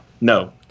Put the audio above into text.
No